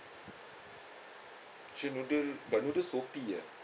kitchen noodle but noodle soupy ah